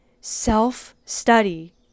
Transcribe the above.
self-study